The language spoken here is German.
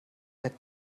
der